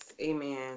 Amen